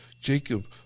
Jacob